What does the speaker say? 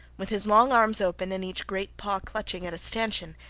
with his long arms open, and each great paw clutching at a stanchion,